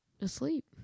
asleep